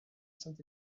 saint